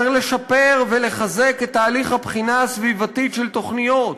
צריך לשפר ולחזק את תהליך הבחינה הסביבתית של תוכניות,